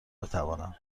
بتوانم